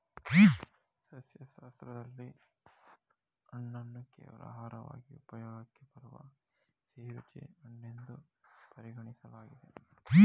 ಸಸ್ಯಶಾಸ್ತ್ರದಲ್ಲಿ ಹಣ್ಣನ್ನು ಕೇವಲ ಆಹಾರವಾಗಿ ಉಪಯೋಗಕ್ಕೆ ಬರುವ ಸಿಹಿರುಚಿ ಹಣ್ಣೆನ್ದು ಪರಿಗಣಿಸಲಾಗ್ತದೆ